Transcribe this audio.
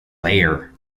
layer